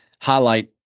highlight